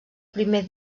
primer